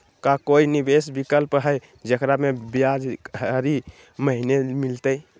का कोई निवेस विकल्प हई, जेकरा में ब्याज हरी महीने मिलतई?